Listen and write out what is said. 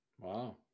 Wow